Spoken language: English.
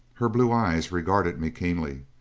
her blue eyes regarded me keenly.